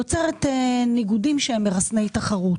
יוצרת ניגודים שהם מרסני תחרות.